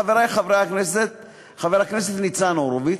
חברי חברי הכנסת, חבר הכנסת ניצן הורוביץ,